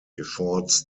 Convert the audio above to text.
efforts